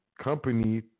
company